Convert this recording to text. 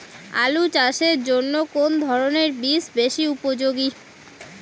আলু চাষের জন্য কোন ধরণের বীজ বেশি উপযোগী?